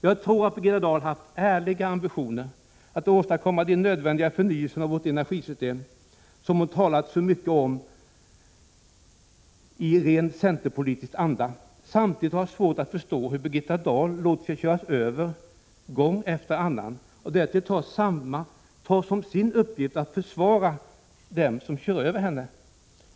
Jag tror att Birgitta Dahl haft ärliga ambitioner att åstadkomma den nödvändiga förnyelse av vårt energisystem som hon talat mycket om i ren centerpolitisk anda. Samtidigt har jag svårt att förstå hur Birgitta Dahl låter sig köras över gång efter annan och därtill tar som sin uppgift att försvara dem som kör över henne.